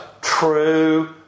true